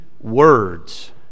words